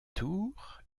tours